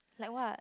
like what